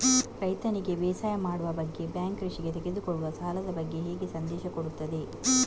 ರೈತನಿಗೆ ಬೇಸಾಯ ಮಾಡುವ ಬಗ್ಗೆ ಬ್ಯಾಂಕ್ ಕೃಷಿಗೆ ತೆಗೆದುಕೊಳ್ಳುವ ಸಾಲದ ಬಗ್ಗೆ ಹೇಗೆ ಸಂದೇಶ ಕೊಡುತ್ತದೆ?